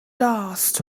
dust